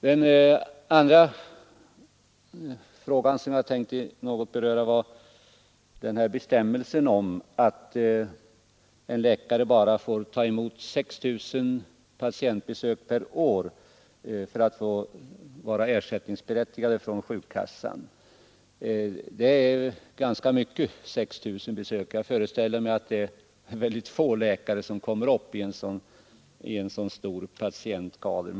Den andra frågan som jag tänkte något beröra är bestämmelsen att en läkare bara får ta emot 6000 patientbesök per år för att vara berättigad till ersättning från sjukkassan. 6 000 besökare är ganska mycket — jag föreställer mig att bara ett fåtal läkare kommer upp i så stor patientkader.